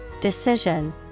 decision